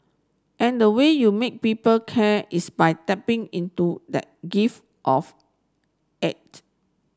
and the way you make people care is by tapping into that gift of eight